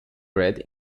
bred